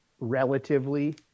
relatively